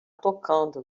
tocando